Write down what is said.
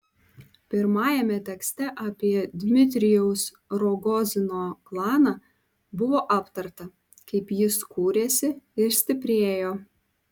pirmajame tekste apie dmitrijaus rogozino klaną buvo aptarta kaip jis kūrėsi ir stiprėjo